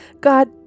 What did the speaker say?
God